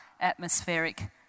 atmospheric